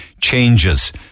changes